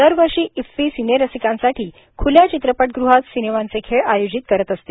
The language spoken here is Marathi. दरवर्षी इफ्फी सिनेरसिकांसाठी ख्ल्या चित्रपटगृहात सिनेमांचे खेळ आयोजित करत असते